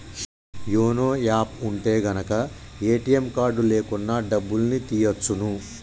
YONO app ఉంటె గనక ATM card లేకున్నా డబ్బుల్ని తియ్యచ్చును